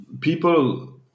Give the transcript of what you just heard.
people